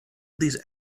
these